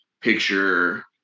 picture